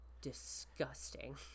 disgusting